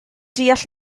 deall